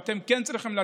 ואתם כן צריכים גם